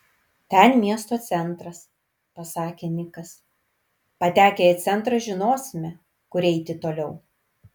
ten miesto centras pasakė nikas patekę į centrą žinosime kur eiti toliau